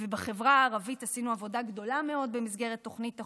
בחברה הערבית עשינו עבודה גדולה מאוד במסגרת תוכנית החומש: